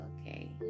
okay